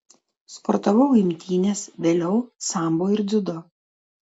sportavau imtynes vėliau sambo ir dziudo